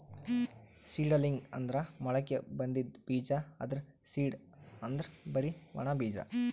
seedling ಅಂದ್ರ ಮೊಳಕೆ ಬಂದಿದ್ ಬೀಜ, ಆದ್ರ್ ಸೀಡ್ ಅಂದ್ರ್ ಬರಿ ಒಣ ಬೀಜ